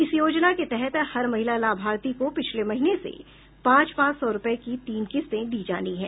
इस योजना के तहत हर महिला लाभार्थी को पिछले महीने से पांच पांच सौ रुपये की तीन किस्तें दी जानी हैं